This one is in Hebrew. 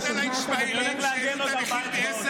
לךְ.